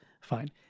fine